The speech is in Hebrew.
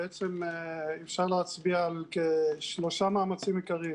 בעצם אפשר להצביע על כשלושה מאמצים עיקריים.